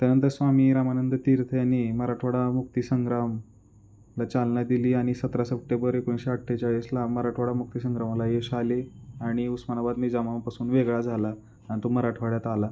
त्यानंतर स्वामी रामानंद तीर्थनी मराठवाडा मुक्ती संग्रामला चालना दिली आणि सतरा सप्टेंबर एकोणीसशे अठ्ठेचाळीसला मराठवाडा मुक्तिसंग्रामला यश आले आणि उस्मानाबाद निजामापासून वेगळा झाला आणि तो मराठवाड्यात आला